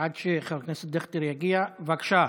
עד שחבר הכנסת דיכטר יגיע בבקשה.